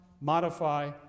modify